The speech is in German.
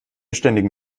ständigen